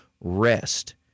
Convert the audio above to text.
rest